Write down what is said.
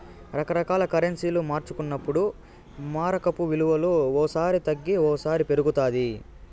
రకరకాల కరెన్సీలు మార్చుకున్నప్పుడు మారకపు విలువ ఓ సారి తగ్గి ఓసారి పెరుగుతాది